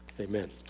Amen